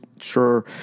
sure